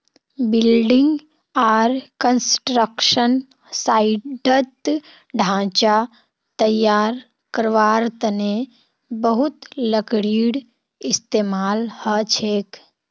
building आर construction साइटत ढांचा तैयार करवार तने बहुत लकड़ीर इस्तेमाल हछेक